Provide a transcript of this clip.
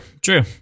true